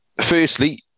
firstly